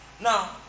Now